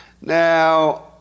Now